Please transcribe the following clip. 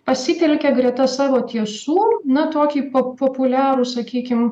pasitelkia greta savo tiesų na tokį po populiarų sakykim